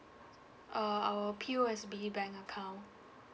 uh our P_O_S_B bank account